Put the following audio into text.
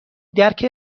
درک